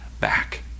back